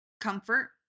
Comfort